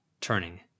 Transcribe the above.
turning